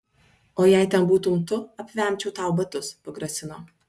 o jei ten būtum tu apvemčiau tau batus pagrasino